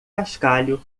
cascalho